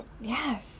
Yes